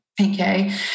Okay